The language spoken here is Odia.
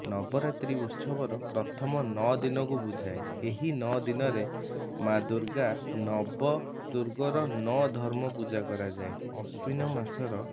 ନବରାତ୍ରୀ ଉତ୍ସବର ପ୍ରଥମ ନଅ ଦିନକୁ ବୁଝାଏ ଏହି ନଅ ଦିନରେ ମାଁ ଦୂର୍ଗା ନବ ଦୁର୍ଗର ନଅ ଧର୍ମ ପୂଜା କରାଯାଏ ଆଶ୍ୱିନ ମାସର